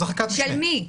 של מי?